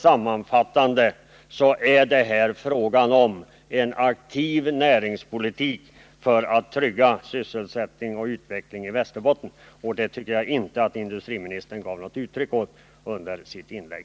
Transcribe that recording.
Sammanfattningsvis behövs dock en aktiv näringspolitik för att trygga sysselsättning och utveckling i Västerbotten, och en sådan tycker jag inte att industriministern har givit uttryck för i sitt inlägg.